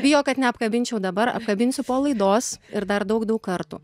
bijo kad neapkabinčiau dabar apkabinsiu po laidos ir dar daug daug kartų